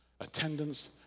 Attendance